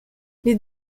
les